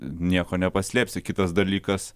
nieko nepaslėpsi kitas dalykas